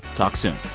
talk soon